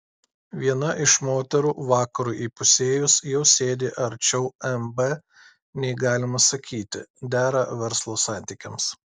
viena iš moterų vakarui įpusėjus jau sėdi arčiau mb nei galima sakyti dera verslo santykiams